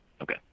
Okay